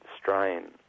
strain